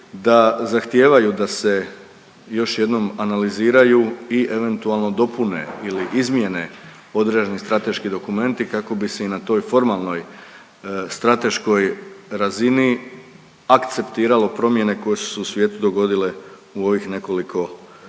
da zahtijevaju da se još jednom analiziraju i eventualno dopune ili izmjene određeni strateški dokumenti kako bi se i na toj formalnoj strateškoj razini akceptiralo promjene koje su se u svijetu dogodile u ovih nekoliko godina.